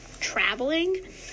traveling